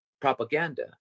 propaganda